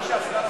רק שנייה,